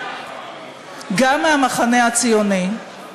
גם מהמחנה הציוני,